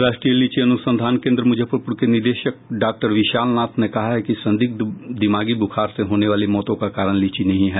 राष्ट्रीय लीची अनुसंधान केंद्र मुजफ्फरपुर के निदेशक डॉक्टर विशाल नाथ ने कहा है कि संदिग्ध दिमागी बुखार से होने वाली मौतों का कारण लीची नहीं है